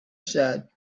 said